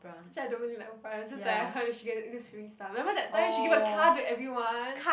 actually I don't really like Oprah it's just that I heard she gets she gives free stuff remember that time she give a car to everyone